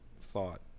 thought